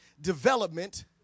development